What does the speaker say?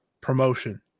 promotion